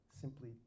simply